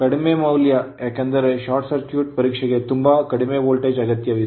ಕಡಿಮೆ ಮೌಲ್ಯ ಏಕೆಂದರೆ ಶಾರ್ಟ್ ಸರ್ಕ್ಯೂಟ್ ಪರೀಕ್ಷೆಗೆ ತುಂಬಾ ಕಡಿಮೆ ವೋಲ್ಟೇಜ್ ಅಗತ್ಯವಿದೆ